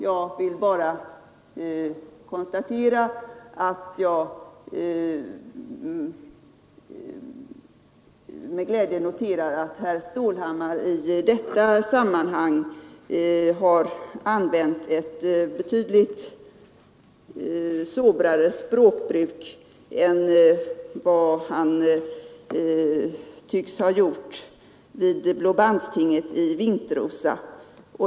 Jag noterar med glädje att herr Stålhammar i detta sammanhang använt ett betydligt sobrare språk än han tycks ha gjort vid Blåbandstinget i Vintrosa.